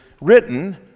written